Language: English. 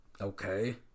Okay